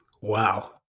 wow